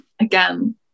again